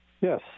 yes